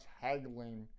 haggling